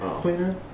cleaner